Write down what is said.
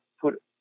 put